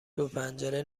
دوپنجره